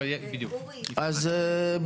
כן.